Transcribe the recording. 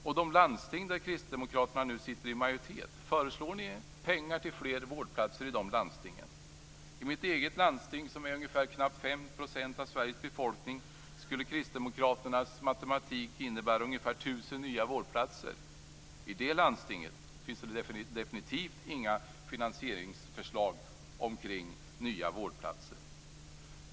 Föreslår ni pengar till fler vårdplatser i de landsting där Kristdemokraterna nu är i majoritet? I mitt landsting, som utgör knappt 5 % av Sveriges befolkning, skulle Kristdemokraternas matematik innebära ungefär 1 000 nya vårdplatser. Men i det landstinget finns det definitivt inga finansieringsförslag om nya vårdplatser.